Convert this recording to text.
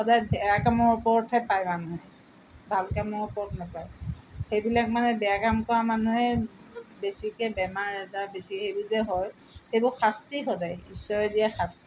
সদায় বেয়া কামৰ ওপৰতহে পায় মানুহে ভাল কামৰ ওপৰত নাপায় সেইবিলাক মানে বেয়া কাম কৰা মানুহে বেছিকৈ বেমাৰ এটা বেছি সেইবোৰ যে হয় সেইবোৰ শাস্তি সদায় ঈশ্বৰে দিয়া শাস্তি